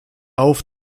auf